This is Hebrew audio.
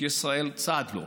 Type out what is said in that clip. שישראל היא צד לו.